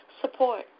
support